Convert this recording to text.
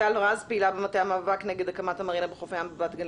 פעילה במטה המאבק נגד הקמת המרינה בחוף הים בת גלים.